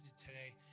today